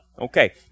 Okay